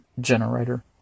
generator